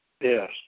Yes